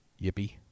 Yippee